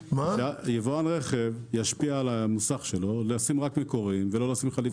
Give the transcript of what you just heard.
רכב ישפיע על המוסך שלו לשים רק מקוריים ולא לשים חלפים.